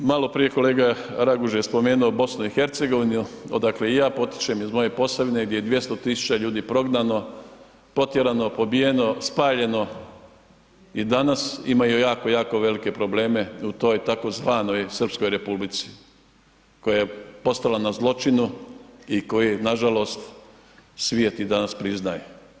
Maloprije kolega Raguž je spomenuo BiH odakle i ja potičem, iz moje Posavine gdje je 200 000 ljudi prognano, potjerano, pobijeno, spaljeno i danas imaju jako, jako velike probleme u toj tzv. Srpskoj republici koja je postala na zločinu i koje nažalost svijet i danas priznaje.